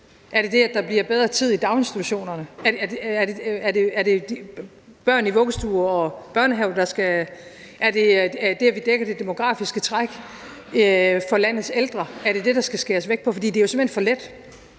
Er det det, at der bliver bedre tid i daginstitutionerne? Gælder det børn i vuggestuer og børnehaver? Er det der, hvor vi dækker det demografiske træk for landets ældre, at der skal skæres noget væk? For det regnestykke er jo simpelt hen for let.